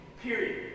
period